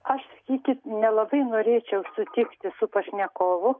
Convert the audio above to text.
aš sakykit nelabai norėčiau sutikti su pašnekovu